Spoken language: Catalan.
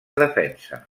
defensa